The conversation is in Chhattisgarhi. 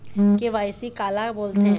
के.वाई.सी काला बोलथें?